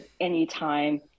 anytime